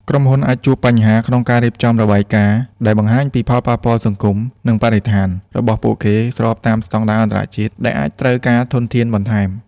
ក្រុមហ៊ុនអាចជួបបញ្ហាក្នុងការរៀបចំរបាយការណ៍ដែលបង្ហាញពី ផលប៉ះពាល់សង្គម និងបរិស្ថាន របស់ពួកគេស្របតាមស្តង់ដារអន្តរជាតិ ដែលអាចត្រូវការធនធានបន្ថែម។